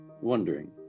wondering